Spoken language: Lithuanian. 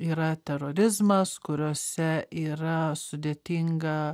yra terorizmas kuriose yra sudėtinga